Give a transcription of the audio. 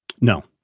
No